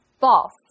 false